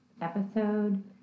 episode